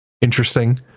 interesting